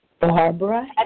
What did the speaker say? Barbara